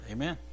Amen